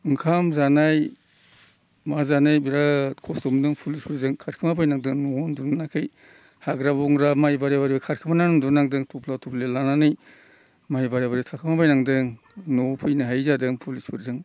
ओंखाम जानाय मा जानाय बिराद खस्थ' मोन्दों फुलिसफोरजों खारखोमाबायनांदों न'आव उन्दुनो मोनाखै हाग्रा बंग्रा माइ बारि बारि खारखोमाना उन्दुबायनांदों थफ्ला थफ्लि लानानै माइ बारि बारि थाखोमा बाइनांदों न'आव फैनो हायि जादों फुलिसफोरजों